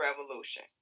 Revolution